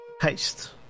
haste